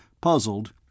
Puzzled